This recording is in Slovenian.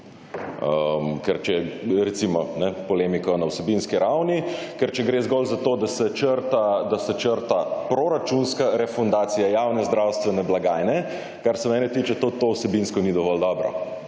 Ker če, recimo, polemika na vsebinski ravni, ker če gre zgolj za to, da se črta proračunska refundacija javne zdravstvene blagajne, kar se mene tiče to vsebinsko ni dovolj dobro.